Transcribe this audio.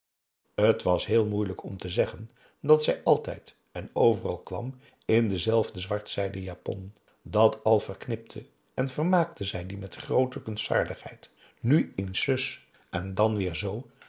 t was heel moeilijk om te zeggen dat zij altijd en overal kwam in dezelfde zwart zijden japon dat al verknipte en vermaakte zij die met groote kunstvaardigheid nu eens zus en dan weêr z